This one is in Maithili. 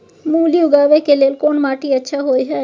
मूली उगाबै के लेल कोन माटी अच्छा होय है?